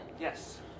Yes